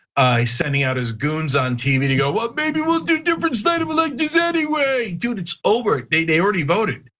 sending out as goons on tv to go, what maybe we'll do different side of like things anyway. dude, it's over, they they already voted.